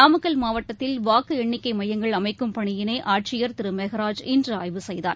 நாமக்கல் மாவட்டத்தில் வாக்கு எண்ணிக்கை மையங்கள் அமைக்கும் பணியினை ஆட்சியர் திரு மெகராஜ் இன்று ஆய்வு செய்தார்